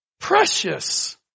Precious